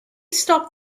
stop